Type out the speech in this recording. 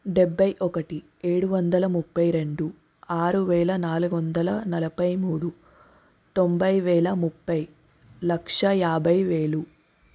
డబ్బై ఒకటి ఏడు వందల ముప్పై రెండు ఆరు వేల నాలుగు వందల నలభై మూడు తొంభై వేల ముప్పై లక్ష యాభై వేలు